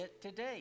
today